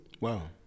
Wow